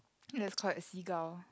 let's call it a seagull